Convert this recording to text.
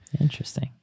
Interesting